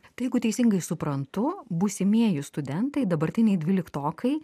tai jeigu teisingai suprantu būsimieji studentai dabartiniai dvyliktokai